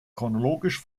chronologisch